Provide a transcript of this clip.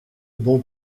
bon